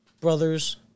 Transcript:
brother's